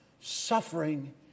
Suffering